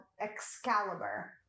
Excalibur